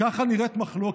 ובכנות,